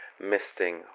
misting